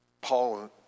Paul